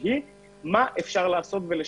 מה אפשר לעשות כדי לשנות.